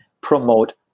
promote